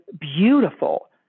beautiful